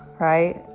right